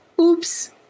Oops